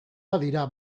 badira